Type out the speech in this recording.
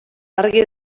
argi